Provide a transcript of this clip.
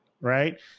right